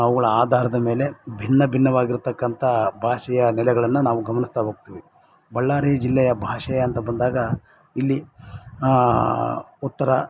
ಅವುಗಳ ಆಧಾರದ ಮೇಲೆ ಭಿನ್ನ ಭಿನ್ನವಾಗಿರ್ತಕ್ಕಂಥ ಭಾಷೆಯ ನೆಲೆಗಳನ್ನು ನಾವು ಗಮನಿಸ್ತಾ ಹೋಗ್ತೀವಿ ಬಳ್ಳಾರಿ ಜಿಲ್ಲೆಯ ಭಾಷೆ ಅಂತ ಬಂದಾಗ ಇಲ್ಲಿ ಉತ್ತರ